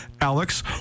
Alex